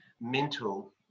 mental